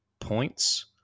points